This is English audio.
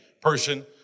person